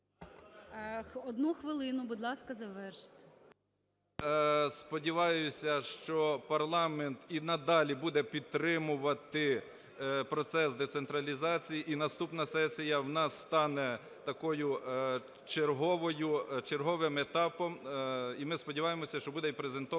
Одну хвилину, будь ласка, завершити.